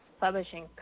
publishing